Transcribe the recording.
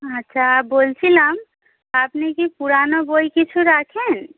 আচ্ছা বলছিলাম আপনি কি পুরনো বই কিছু রাখেন